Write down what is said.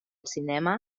cinema